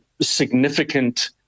significant